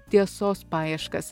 tiesos paieškas